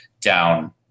down